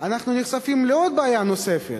אנחנו נחשפים לבעיה נוספת,